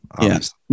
Yes